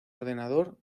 ordenador